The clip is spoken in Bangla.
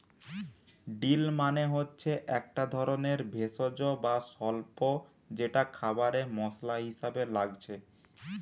ডিল মানে হচ্ছে একটা ধরণের ভেষজ বা স্বল্প যেটা খাবারে মসলা হিসাবে লাগছে